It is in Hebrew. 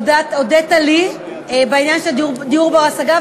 הודית לי בעניין דיור בר-השגה,